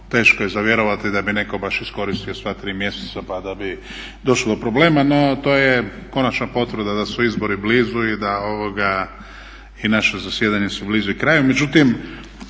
teško je za vjerovati da bi netko baš iskoristio sva tri mjeseca pa da bi došlo do problema, no to je konačna potvrda da su izbori blizu i da naše zasjedanje se bliži kraju.